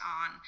on